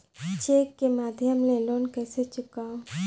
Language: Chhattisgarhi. चेक के माध्यम ले लोन कइसे चुकांव?